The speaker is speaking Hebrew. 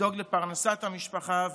לדאוג לפרנסת המשפחה,